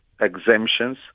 exemptions